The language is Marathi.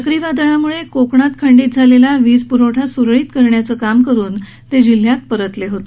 चक्रीवादळामुळे कोकणात खंडित झालेला वीज प्रवठा स्रळीत करण्याचं काम करून ते जिल्ह्यात परतले होते